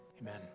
Amen